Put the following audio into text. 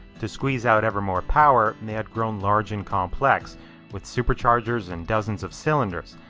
to squeeze out ever more power, they had grown large and complex with superchargers and dozens of cylinders.